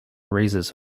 raises